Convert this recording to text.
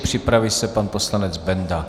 Připraví se pan poslanec Benda.